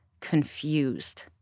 confused